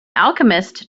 alchemist